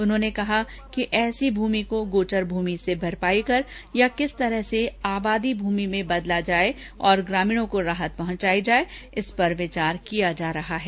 उन्होंने कहा कि ऐसी भूमि को गोचर भूमि से भरपाई कर या किस तरह से आबादी भूमि में परिवर्तित कर ग्रामीणों को राहत पहुंचाई जाए इस पर विचार किया जा रहा है